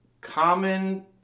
common